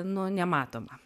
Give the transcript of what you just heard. nu nematoma